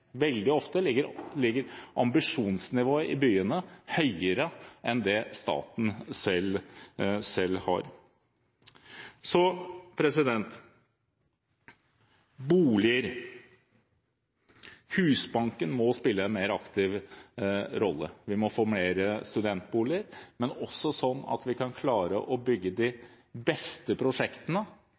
Veldig ofte ligger ambisjonsnivået til byene høyere enn det staten selv har. Så boliger: Husbanken må spille en mer aktiv rolle, sånn at vi kan få flere studentboliger, men også sånn at vi kan klare å bygge de beste prosjektene